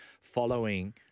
following